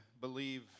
believe